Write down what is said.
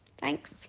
Thanks